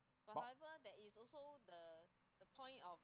but